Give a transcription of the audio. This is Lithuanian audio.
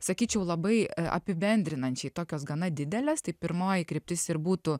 sakyčiau labai apibendrinančiai tokios gana didelės tai pirmoji kryptis ir būtų